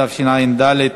התשע"ד